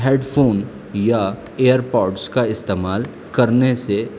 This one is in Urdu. ہیڈفون یا ایئرپوڈس کا استعمال کرنے سے